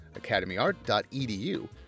academyart.edu